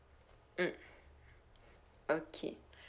mm okay